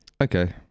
Okay